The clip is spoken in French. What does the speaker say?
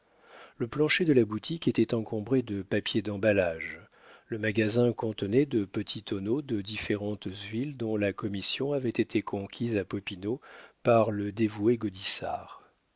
le plancher de la boutique était encombré de papier d'emballage le magasin contenait de petits tonneaux de différentes huiles dont la commission avait été conquise à popinot par le dévoué